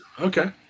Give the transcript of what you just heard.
Okay